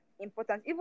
important